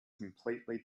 completely